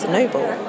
Noble